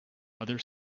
other